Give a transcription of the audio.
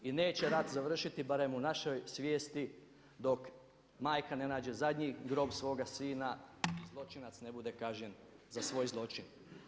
I neće rat završiti barem u našoj svijesti dok majka ne nađe zadnji grob svoga sina i zločinac ne bude kažnjen za svoj zločin.